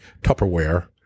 Tupperware